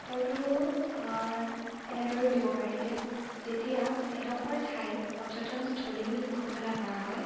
উত্তৰটো এনেদৰেও দিব পাৰি যে যেতিয়া এডোখৰ ঠাইক পৰ্যটনস্থলী বুলি ঘোষণা কৰা হয়